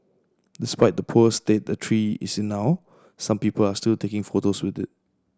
despite the poor state the tree is in now some people are still taking photos with it